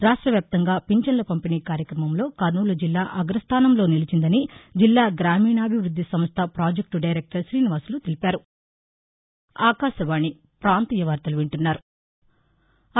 రాష్ట వ్యాప్తంగా పింఛన్న పంపిణీ కార్యక్రమంలో కర్నూలు జిల్లా అగ్రస్దాసంలో నిలిచిందని జిల్లా గ్రామీణాభివృద్ది సంస్థ పాజెక్టు డైరెక్టర్ శ్రీనివాసులు తెలిపారు